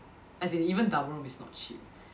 as in even double room is not cheap